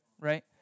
right